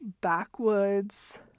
backwoods